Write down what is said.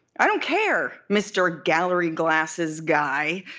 i don't care, mr. gallery glasses guy,